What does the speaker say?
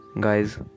guys